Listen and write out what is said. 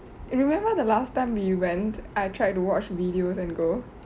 remember the last time we went I tried to watch videos and go